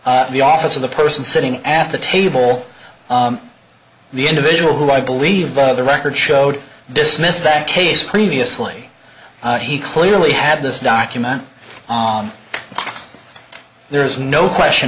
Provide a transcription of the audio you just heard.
the office of the person sitting at the table the individual who i believe the record showed dismissed that case previously he clearly had this document on there is no question